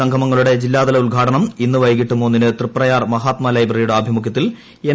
സംഗമങ്ങളുടെ ജില്ലാതല ഉദ്ഘാടനം ഇന്ന് വൈക്ടിട്ട് മൂന്നിന് തൃപ്രയാർ മഹാത്മ ലൈബ്രറിയുടെ ആഭിമുഖ്യത്തിൽ എൻ